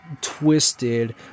twisted